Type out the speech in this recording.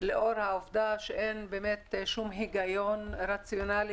לאור העובדה שאין שום היגיון רציונלי